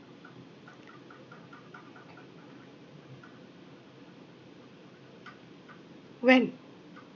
when